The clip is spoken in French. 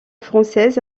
française